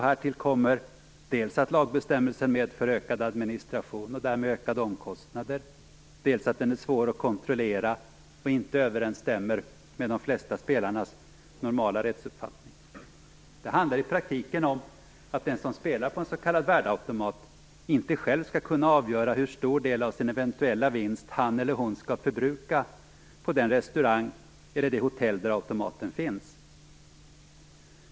Härtill kommer dels att lagbestämmelsen medför ökad administration och därmed ökade omkostnader, dels att den är svår att kontrollera och inte överensstämmer med de flesta spelares normala rättsuppfattning. Det handlar i praktiken om att den som spelar på en s.k. värdeautomat inte själv skall kunna avgöra hur stor del av sin eventuella vinst han eller hon skall förbruka på den restaurang eller det hotell där automaten finns.